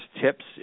tips